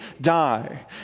die